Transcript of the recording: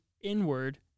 inward